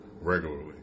regularly